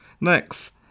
Next